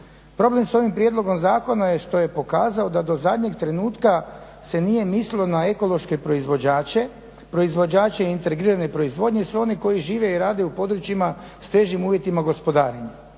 Problem s ovim prijedlogom zakona je što je pokazao da do zadnjeg trenutka se nije mislilo na ekološke proizvođače, proizvođače integrirane proizvodnje i sve one koji žive i rade u područjima s težim uvjetima gospodarenja.